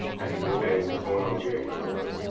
how you doing? hey, what's going on gary? good morning.